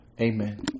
Amen